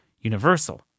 universal